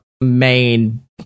main